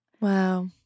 Wow